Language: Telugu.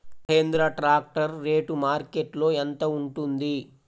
మహేంద్ర ట్రాక్టర్ రేటు మార్కెట్లో యెంత ఉంటుంది?